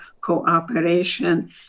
cooperation